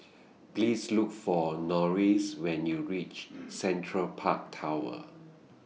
Please Look For Norris when YOU REACH Central Park Tower